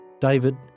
David